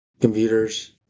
computers